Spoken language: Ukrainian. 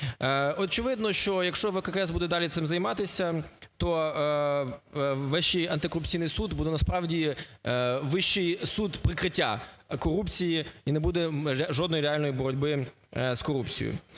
Очевидно, що якщо ВККС буде далі цим займатися, то Вищий антикорупційний суд буде насправді вищий суд прикриття корупції і не буде жодної реальної боротьби з корупцією.